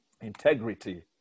integrity